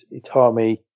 Itami